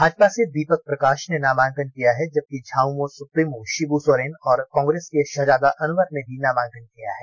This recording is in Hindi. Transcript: भाजपा से दीपक प्रकाष ने नामांकन किया है जबकि झामुमो सुप्रीमो षिब्र सोरेन और कांग्रेस के शहजादा अनवर ने भी नामांकन किया है